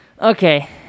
Okay